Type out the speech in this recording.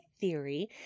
theory